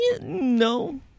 No